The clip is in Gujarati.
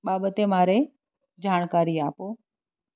બાબતે મારે જાણકારી આપો